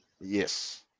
Yes